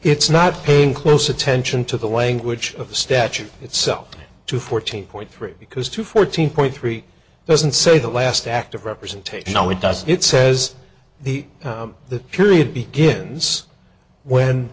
it's not paying close attention to the language of the statute itself to fourteen point three because to fourteen point three doesn't say the last act of representation no it doesn't it says the the period begins when